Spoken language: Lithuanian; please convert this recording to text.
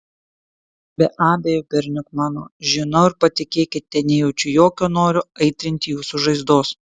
be abejo berniuk mano žinau ir patikėkite nejaučiu jokio noro aitrinti jūsų žaizdos